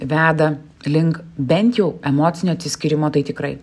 veda link bent jau emocinio atsiskyrimo tai tikrai